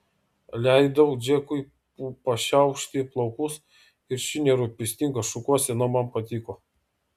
leidau džekui pašiaušti plaukus ir ši nerūpestinga šukuosena man patiko